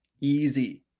easy